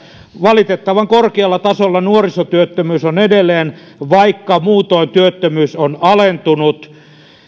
valitettavan korkealla tasolla nuorisotyöttömyys on edelleen vaikka muutoin työttömyys on alentunut